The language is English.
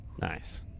nice